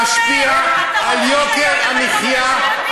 שמשפיע על יוקר המחיה,